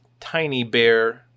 TinyBear